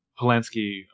Polanski